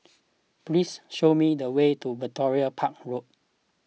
please show me the way to Victoria Park Road